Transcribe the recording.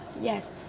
yes